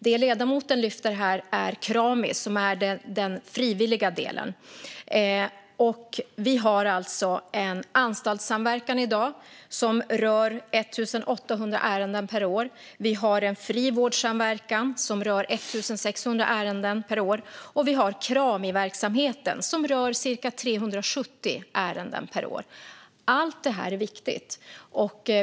Det ledamoten lyfter fram här är Krami, som är den frivilliga delen. Vi har i dag en anstaltssamverkan som rör 1 800 ärenden per år. Vi har en frivårdssamverkan som rör 1 600 ärenden per år. Vi har Kramiverksamheten, som rör cirka 370 ärenden per år. Allt detta är viktigt.